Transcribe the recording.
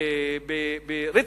ברטרוספקטיבה.